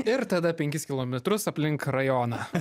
ir tada penkis kilometrus aplink rajoną